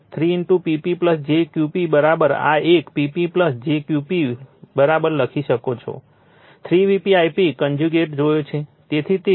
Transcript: તેથી 3 Pp j Qp 3 Pp j Qp આ એક Pp j Qp લખી શકો છો 3 Vp Ip કન્જ્યુગેટ જોયો છે તેથી તે 3 Vp